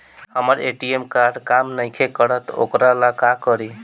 हमर ATM card काम नईखे करत वोकरा ला का करी?